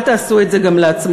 אל תעשו את זה גם לעצמכם,